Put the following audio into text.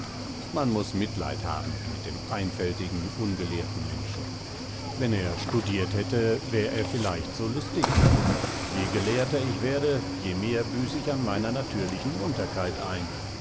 man muß mitleid haben mit dem einfältigen ungelehrten menschen wenn er studiert hätte wär er vielleicht so lustig nicht je gelehrter ich werde je mehr büß ich an meiner natürlichen munterkeit ein